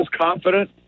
confident